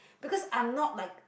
because I'm not like